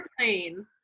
airplane